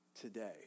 today